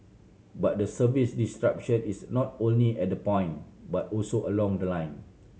but the service disruption is not only at the point but also along the line